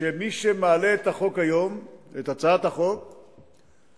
שמי שמעלה את הצעת החוק היום,